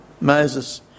Moses